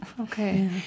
Okay